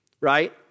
right